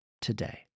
today